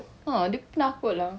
ha dia penakut lah